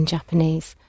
Japanese